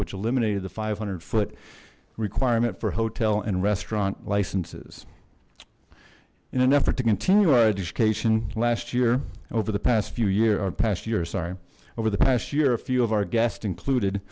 which eliminated the five hundred foot requirement for hotel and restaurant licenses in an effort to continue our education last year over the past few year our past year sorry over the past year a few of our guests included